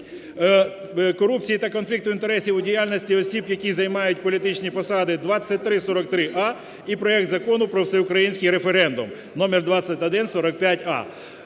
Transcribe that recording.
корупції та конфлікту інтересів у діяльності осіб, які займають політичні посади (2343а) і проект Закону "Про всеукраїнський референдум" (номер 2145а)."